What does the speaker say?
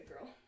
girl